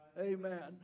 amen